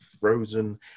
Frozen